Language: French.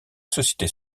société